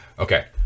Okay